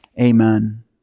Amen